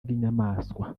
bw’inyamaswa